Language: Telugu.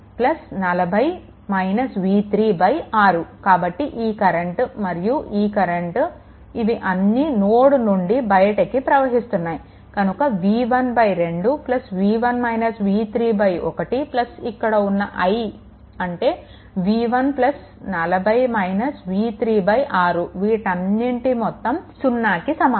కాబట్టి ఈ కరెంట్ ఈ కరెంట్ మరియు ఈ కరెంట్ ఇవి అన్నీ నోడ్ నుండి బయటికి ప్రవహిస్తున్నాయి కనుక v1 2 1 ఇక్కడ ఉన్నi అంటే v1 40 v3 6 వీటన్నింటి మొత్తం 0కి సమానం